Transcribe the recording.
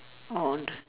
on